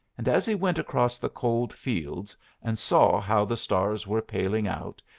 and as he went across the cold fields and saw how the stars were paling out,